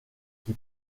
qui